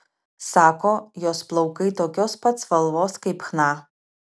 sako jos plaukai tokios pat spalvos kaip chna